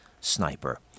sniper